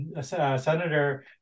senator